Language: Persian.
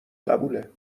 قبوله